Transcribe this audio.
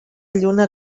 lluna